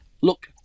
look